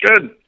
good